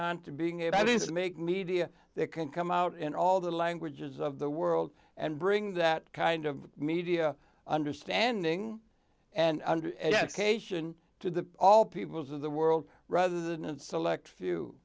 on to being about this make media that can come out and all the languages of the world and bring that kind of media understanding and education to all peoples of the world rather than a select few